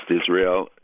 Israel